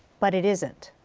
but it isn't.